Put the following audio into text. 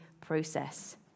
process